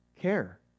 care